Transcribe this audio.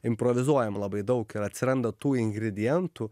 improvizuojam labai daug ir atsiranda tų ingredientų